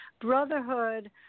brotherhood